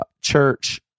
church